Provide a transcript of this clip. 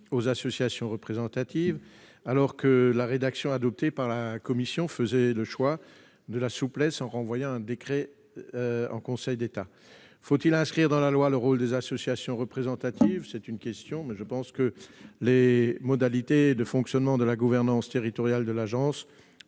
aux associations représentatives, alors que la rédaction adoptée par la commission renvoie, par souci de souplesse, à un décret en Conseil d'État. Faut-il inscrire dans la loi le rôle des associations représentatives ? Je pense que les modalités de fonctionnement de la gouvernance territoriale de l'ANS